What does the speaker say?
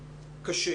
ולכולם קשה.